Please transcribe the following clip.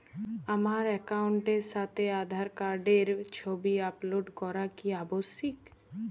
আমার অ্যাকাউন্টের সাথে আধার কার্ডের ছবি আপলোড করা কি আবশ্যিক?